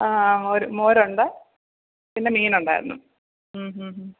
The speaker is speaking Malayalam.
ആ ഒര് മോരൊണ്ട് പിന്നെ മീനൊണ്ടായിരുന്നു മ് മ് മ്